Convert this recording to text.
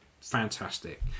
fantastic